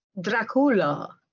Dracula